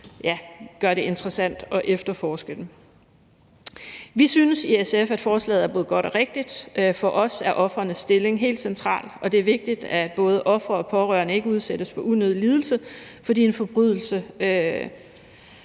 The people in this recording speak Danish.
gør det interessant at efterforske dem. Vi synes i SF, at forslaget er både godt og rigtigt. For os er ofrenes stilling helt central, og det er vigtigt, at både ofre og pårørende ikke udsættes for unødig lidelse, fordi en forbrydelse